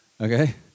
Okay